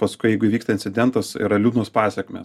paskui jeigu įvyksta incidentas yra liūdnos pasekmės